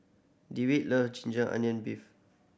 Dewitt love ginger onion beef